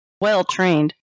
well-trained